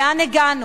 לאן הגענו?